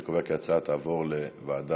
אני קובע כי ההצעה תעבור לוועדת